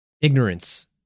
ignorance